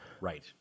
Right